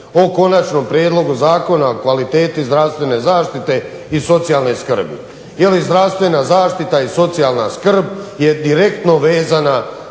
o Konačnom prijedlogu zakona o kvaliteti zdravstvene zaštite i socijalne skrbi